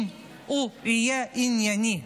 אם הוא יהיה ענייני,